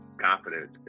confidence